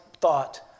thought